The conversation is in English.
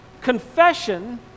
Confession